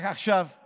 רק עכשיו, רק עכשיו.